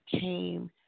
came